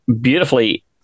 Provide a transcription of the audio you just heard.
beautifully